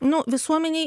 nu visuomenėj